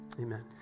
amen